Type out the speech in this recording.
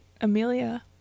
Amelia